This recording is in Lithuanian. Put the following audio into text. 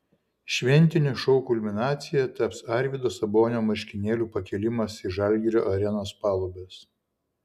šventinio šou kulminacija taps arvydo sabonio marškinėlių pakėlimas į žalgirio arenos palubes